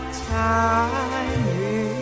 time